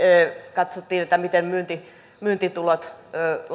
katsottiin miten myyntitulot myyntitulot